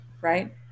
right